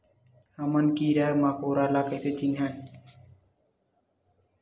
हमन कीरा मकोरा ला कइसे चिन्हन?